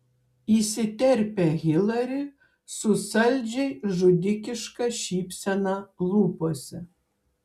įsiterpia hilari su saldžiai žudikiška šypsena lūpose